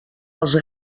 els